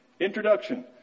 Introduction